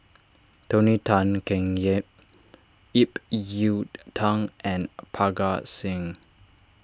Tony Tan Keng Yam Ip Yiu Tung and Parga Singh